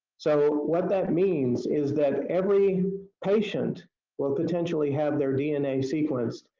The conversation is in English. so what that means is that every patient will potentially have their dna sequenced.